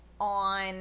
on